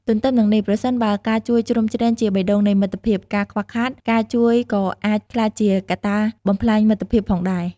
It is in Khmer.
ទទ្ទឹមនឹងនេះ ប្រសិនបើការជួយជ្រោមជ្រែងជាបេះដូងនៃមិត្តភាព ការខ្វះខាត ការជួយក៏អាចក្លាយជាកត្តាបំផ្លាញមិត្តភាពផងដែរ។